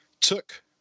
Took